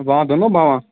बां दोनो बां